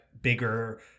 bigger